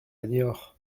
niort